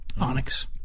Onyx